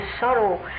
sorrow